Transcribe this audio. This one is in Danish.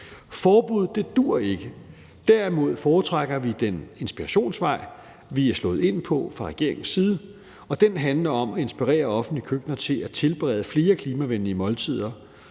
Forbud duer ikke. Derimod foretrækker vi den inspirationsvej, vi er slået ind på fra regeringens side, og den handler om at inspirere offentlige køkkener til at tilberede flere klimavenlige måltider